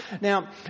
Now